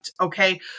Okay